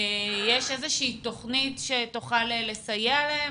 יש איזושהי תוכנית שתוכל לסייע להם?